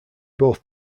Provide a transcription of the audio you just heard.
both